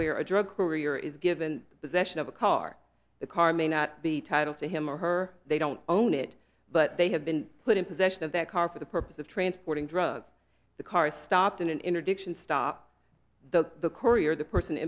where a drug career is given possession of a car the car may not be title to him or her they don't own it but they have been put in possession of that car for the purpose of transporting drugs the car stopped in an introduction stop the courier the person